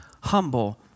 humble